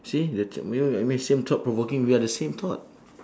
see the th~ mean I mean same thought-provoking we are the same thought